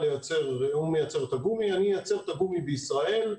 אני אייצר את הגומי בישראל,